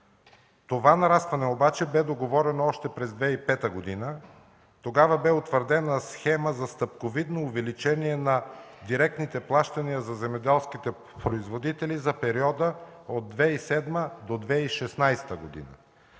Това нарастване обаче бе договорено още през 2005 г. Тогава беше утвърдена схема за стъпковидно увеличение на директните плащания за земеделските производители за периода от 2007 г. до 2016 г.